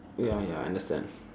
ya ya understand